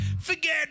Forget